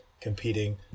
competing